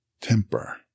Temper